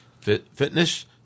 fitness